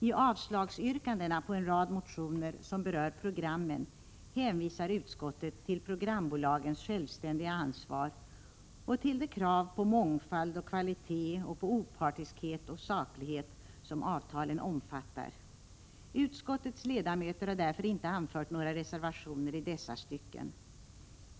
I avslagsyrkandena på en rad motioner som berör programmen hänvisar utskottet till programbolagens självständiga ansvar och till de krav på mångfald och kvalitet samt på opartiskhet och saklighet som avtalen omfattar. Utskottets ledamöter har därför inte anfört några reservationer i dessa stycken.